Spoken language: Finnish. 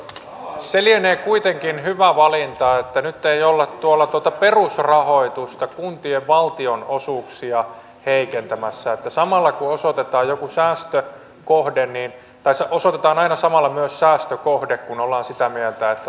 se lienee kuitenkin hyvä valinta että nyt ei olla perusrahoitusta kuntien valtionosuuksia heikentämässätti samalla kun se otetaan säästöt kohden heikentämässä eli osoitetaan aina samalla myös säästökohde kun ollaan sitä mieltä että säästää pitää